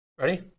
Ready